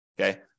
okay